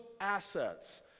assets